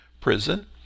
prison